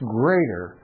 greater